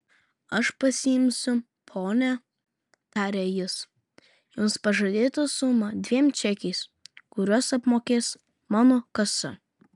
aš pasiimsiu ponia tarė jis jums pažadėtą sumą dviem čekiais kuriuos apmokės mano kasa